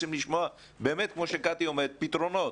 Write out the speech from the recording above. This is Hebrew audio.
רוצים לשמוע כמו שקטי אומרת פתרונות,